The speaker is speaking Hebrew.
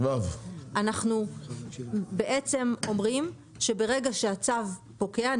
אנחנו בעצם אומרים שברגע שהצו פוקע,